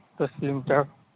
दस किल'मिटार